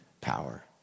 power